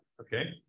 okay